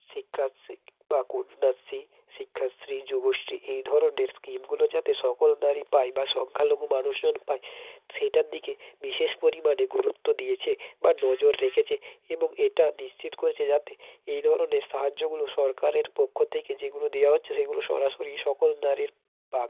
শিক্ষাশ্রী বা কন্যাশ্রী শিক্ষাশ্রী যুবশ্রী এই ধরনের স্কিমগুলো যাতে সকল নারী পায় বা সংখ্যালঘু মানুষজন পায় সেটার দিকে বিশেষ পরিমাণে গুরুত্ব দিয়েছে বা নজর রেখেছে এবং এটা নিশ্চিত করেছে যাতে এই ধরনের সাহায্যগুলো সরকারের পক্ষ থেকে যেগুলো দেওয়া হচ্ছে সেগুলো সরাসরি সকল নারী পাক